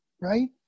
right